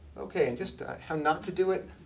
ok. and just how not to do it.